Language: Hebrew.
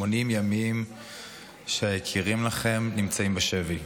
80 ימים שהיקירים לכם נמצאים בשבי.